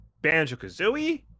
Banjo-Kazooie